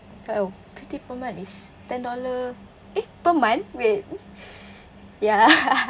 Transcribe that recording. oh fifty per month is ten dollar eh per month wait ya